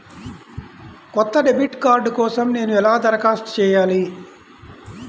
కొత్త debit card కోసం నేను ఎలా దరఖాస్తు చేయాలి?